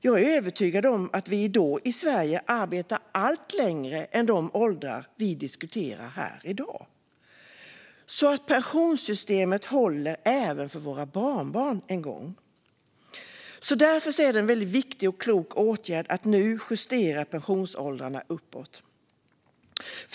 Jag är övertygad om att vi då i Sverige arbetar allt längre än till de åldrar vi diskuterar här i dag, så att pensionssystemet håller även för våra barnbarn en gång. Därför är det en viktig och klok åtgärd att nu justera pensionsåldrarna uppåt.